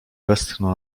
westchnął